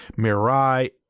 Mirai